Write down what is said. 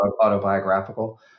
autobiographical